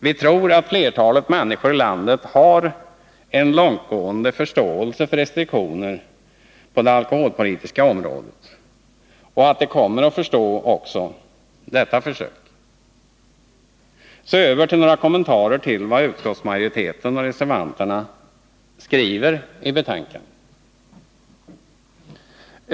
Vi tror att flertalet människor i landet har en långtgående förståelse för restriktioner på det alkoholpolitiska området och att de kommer att förstå också detta försök. Så över till några kommentarer till vad utskottsmajoriteten och reservanterna skriver i betänkandet.